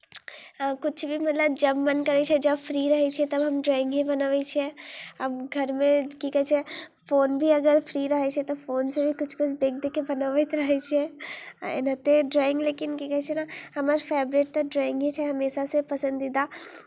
आओर किछु भी मतलब जब मन करै छै जब फ्री रहैत छियै तब हम ड्रॉइंगे बनबैत छियै आब घरमे की कहै छै फोन भी अगर फ्री रहैत छै तऽ फोनसँ भी किछु किछु देखि देखि कऽ बनबैत रहै छियै आ एनाहिते ड्रॉइंग लेकिन की कहै छै ने हमर फेवरेट तऽ ड्रॉइंगे छै हमेशासँ पसंदीदा